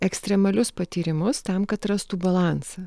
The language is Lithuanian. ekstremalius patyrimus tam kad rastų balansą